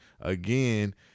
Again